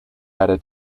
added